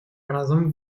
разом